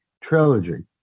trilogy